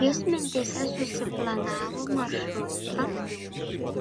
jis mintyse susiplanavo maršrutą